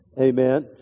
Amen